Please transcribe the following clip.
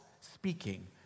speaking